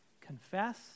confess